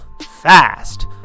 fast